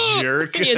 jerk